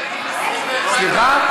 רק עד גיל 21, סליחה?